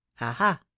aha